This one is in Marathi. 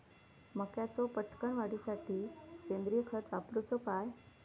मक्याचो पटकन वाढीसाठी सेंद्रिय खत वापरूचो काय?